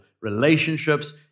relationships